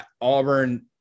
Auburn –